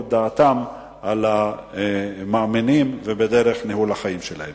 את דעתם על המאמינים בדרך ניהול החיים שלהם.